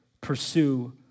pursue